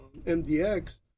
MDX